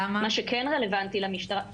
מה שכן רלוונטי למשטרה למה?